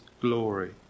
glory